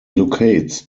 locates